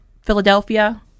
Philadelphia